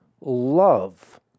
love